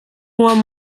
moins